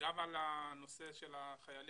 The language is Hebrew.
גם על הנושא של החיילים,